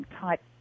type